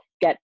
get